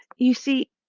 you see,